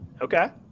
Okay